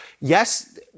yes